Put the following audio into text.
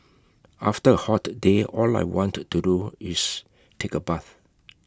after A hot day all I want to do is take A bath